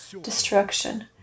destruction